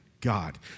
God